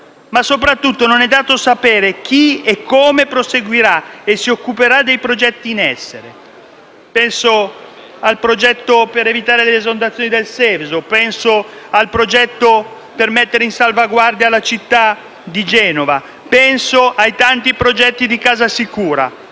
ma soprattutto non è dato sapere chi e come proseguirà e si occuperà dei progetti in essere. Penso al progetto per evitare l'esondazione del Seveso, penso al progetto per mettere in salvaguardia la città di Genova, penso ai tanti progetti di Casa Sicura,